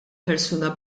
persuna